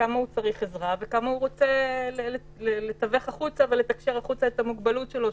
כמה עזרה הוא צריך וכמה הוא רוצה לתקשר החוצה את המוגבלות שלו,